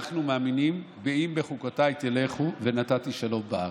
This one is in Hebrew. אנחנו מאמינים ב"אם בחקתי תלכו, ונתתי שלום בארץ".